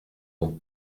donc